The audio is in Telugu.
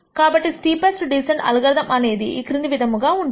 కాబట్టి స్టీపెస్ట్ డీసెంట్ అల్గారిథం అనేది ఈ క్రింది విధముగా ఉంటుంది